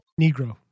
negro